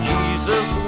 Jesus